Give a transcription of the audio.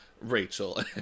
rachel